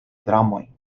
dramojn